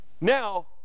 Now